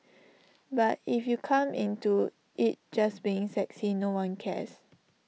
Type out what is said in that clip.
but if you come into IT just being sexy no one cares